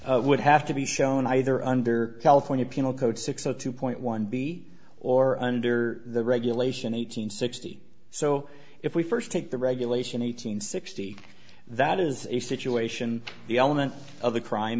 cause would have to be shown either under california penal code six o two point one b or under the regulation eight hundred sixty so if we first take the regulation eight hundred sixty that is a situation the element of the crime